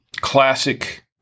classic